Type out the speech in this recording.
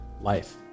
life